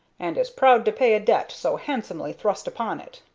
and is proud to pay a debt so handsomely thrust upon it.